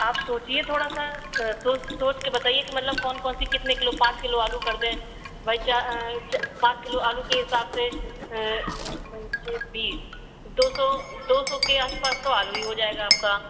आप सोचिए थोड़ा सा सोच सोचकर बताइए कि मतलब कौन कौन से कितने किलो के पाँच किलो आलू कर दें भाई चा पाँच किलो आलू के हिसाब से पंचे बीस दो सौ दो सौ के आस पास तो आलू ही हो जाएगा आपका